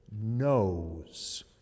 knows